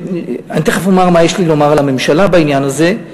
אני תכף אומר מה יש לי לומר לממשלה בעניין הזה,